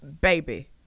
baby